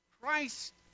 Christ